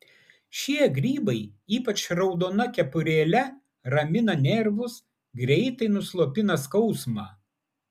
šie grybai ypač raudona kepurėle ramina nervus greitai nuslopina skausmą